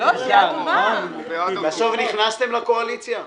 בסוף נכנסתם לקואליציה?